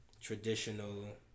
traditional